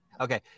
Okay